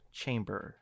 chamber